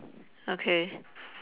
okay